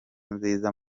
nziza